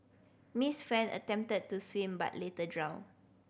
Miss Fan attempted to swim but later drowned